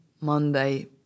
Monday